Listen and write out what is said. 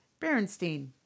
Berenstein